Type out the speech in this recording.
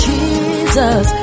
Jesus